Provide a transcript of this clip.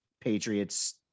patriots